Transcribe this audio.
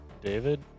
David